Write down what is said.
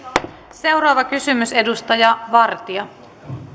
seuraava kysymys edustaja vartia